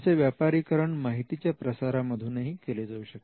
असे व्यापारीकरण माहितीच्या प्रसारा मधूनही केले जाऊ शकते